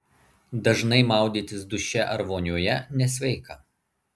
dažnai maudytis duše ar vonioje nesveika